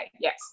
Yes